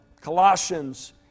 Colossians